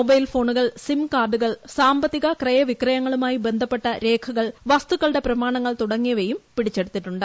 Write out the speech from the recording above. mobile ഫോണുകൾ SIM കാർഡുകൾ സാമ്പത്തിക ക്രയവിക്രയങ്ങളുമായി ബന്ധപ്പെട്ട രേഖകൾ വസ്തുക്കളുടെ പ്രമാണങ്ങൾ തുടങ്ങിയവയും പിടിച്ചെടുത്തിട്ടുണ്ട്